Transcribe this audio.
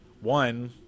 one